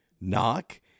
knock